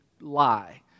lie